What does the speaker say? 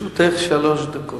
לרשותך שלוש דקות.